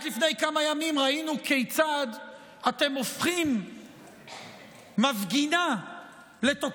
רק לפני כמה ימים ראינו כיצד אתם הופכים מפגינה לתוקפת,